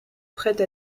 prête